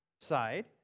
side